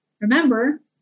remember